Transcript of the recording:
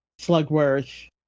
Slugworth